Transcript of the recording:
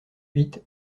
huit